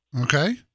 Okay